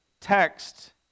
text